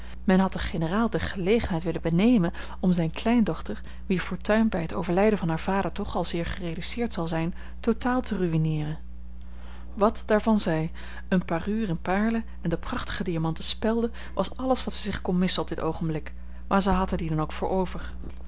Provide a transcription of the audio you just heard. men had den generaal de gelegenheid willen benemen om zijne kleindochter wier fortuin bij het overlijden van haar vader toch al zeer gereduceerd zal zijn totaal te ruïneeren wat daarvan zij eene parure in paarlen en de prachtige diamanten spelden was alles wat zij kon missen op dit oogenblik maar zij had er die dan ook voor over